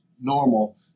normal